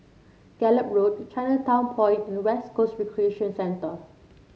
Gallop Road Chinatown Point and West Coast Recreation Centre